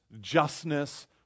justness